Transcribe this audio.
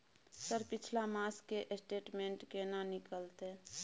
Sir पिछला मास के स्टेटमेंट केना निकलते?